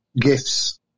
gifts